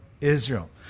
Israel